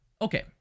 Okay